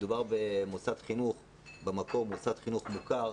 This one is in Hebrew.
שמדובר במוסד חינוך במקור, מוסד חינוך מוכר,